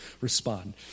respond